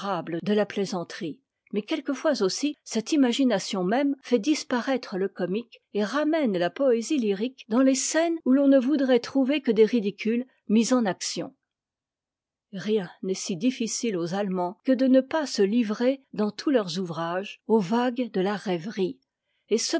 de la plaisanterie mais quelquefois aussi cette imagination même fait disparaître le comique et ramène la poésie lyrique dans les scènes où l'on ne voudrait trouver que des ridicules mis en action rien n'est si difficile aux allemands que de ne pas se livrer dans tous leurs ouvrages au vague de la rêverie et